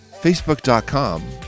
facebook.com